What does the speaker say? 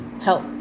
help